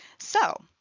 so,